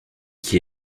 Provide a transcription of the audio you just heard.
qui